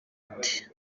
ati